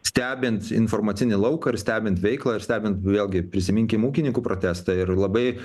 stebint informacinį lauką ir stebint veiklą ir stebint vėlgi prisiminkim ūkininkų protestą ir labai